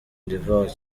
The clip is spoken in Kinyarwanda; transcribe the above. d’ivoire